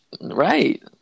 Right